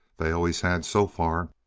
they always had, so far.